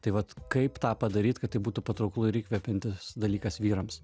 tai vat kaip tą padaryt kad tai būtų patrauklu ir įkvepiantis dalykas vyrams